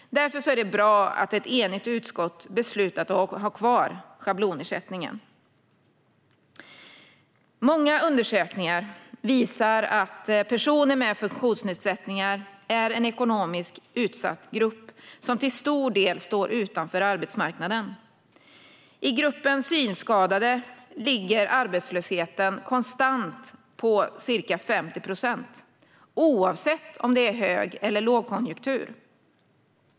Därför är det bra att ett enigt utskott beslutat att ha kvar schablonersättningen. Många undersökningar visar att personer med funktionsnedsättningar är en ekonomiskt utsatt grupp som till stor del står utanför arbetsmarknaden. I gruppen synskadade ligger arbetslösheten konstant på ca 50 procent, oavsett om det är hög eller lågkonjunktur.